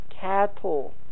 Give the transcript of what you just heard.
cattle